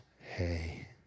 hey